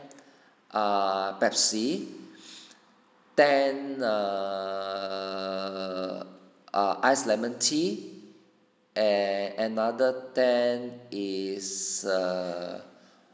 err pepsi ten uh uh iced lemon tea and another ten is uh